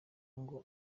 ngo